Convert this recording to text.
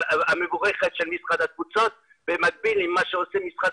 המבורכת של משרד התפוצות במקביל למה שעושה משרד